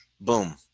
boom